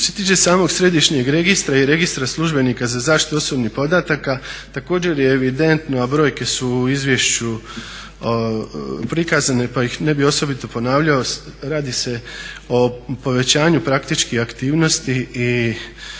tiče samog središnjeg registra i registra službenika za zaštitu osobnih podataka također je evidentno, a brojke su u izvješću prikazane pa ih ne bi osobito ponavljao, radi se o povećanju praktički aktivnosti i